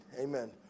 Amen